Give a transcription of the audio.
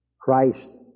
Christ